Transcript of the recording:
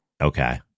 okay